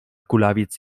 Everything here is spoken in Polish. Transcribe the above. kulawiec